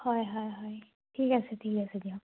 হয় হয় হয় ঠিক আছে ঠিক আছে দিয়ক